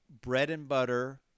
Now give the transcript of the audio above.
bread-and-butter